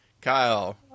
Kyle